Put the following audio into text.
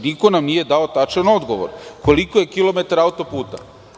Niko nam nije dao tačan odgovor koliko je kilometara autoputa?